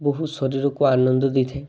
ବହୁତ ଶରୀରକୁ ଆନନ୍ଦ ଦେଇଥାଏ